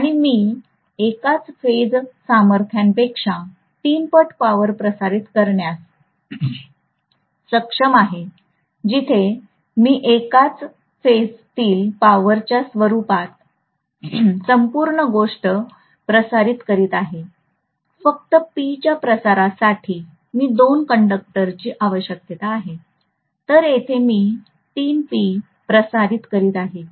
आणि मी एकाच फेज सामर्थ्यापेक्षा तीन पट पॉवर प्रसारित करण्यास सक्षम आहे जिथे मी एकाच फेज तील पॉवर च्या रूपात संपूर्ण गोष्ट प्रसारित करीत आहे फक्त P च्या प्रसारासाठी मी दोन कंडक्टर ची आवश्यकता आहे तर येथे मी 3 P प्रसारित करीत आहे